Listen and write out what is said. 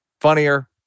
Funnier